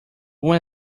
bom